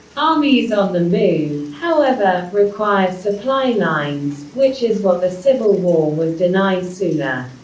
armies on the move, however, require supply lines, which is what the civil war would deny sulla.